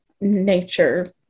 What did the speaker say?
nature